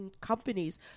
companies